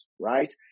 right